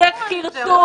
זה חירטוט.